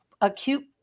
acute